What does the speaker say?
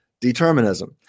determinism